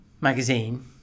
magazine